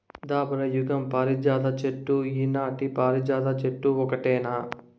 దాపర యుగం పారిజాత చెట్టు ఈనాటి పారిజాత చెట్టు ఓటేనా